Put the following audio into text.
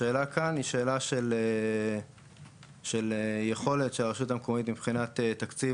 השאלה כאן היא שאלה של יכולת של הרשות המקומית מבחינת תקציב